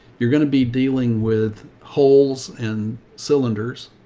you're going to be dealing with holes and cylinders.